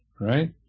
right